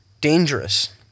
dangerous